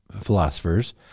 philosophers